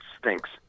stinks